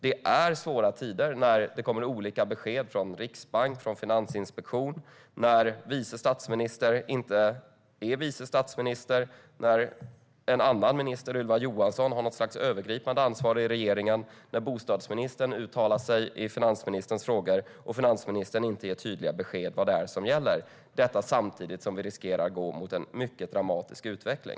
Det är svåra tider när det kommer olika besked från Riksbanken och Finansinspektionen, när vice statsministern inte är vice statsminister, när en annan minister, Ylva Johansson, har något slags övergripande ansvar i regeringen, när bostadsministern uttalar sig i finansministerns frågor och finansministern inte ger tydliga besked om vad som gäller - detta samtidigt som vi riskerar att gå mot en mycket dramatisk utveckling.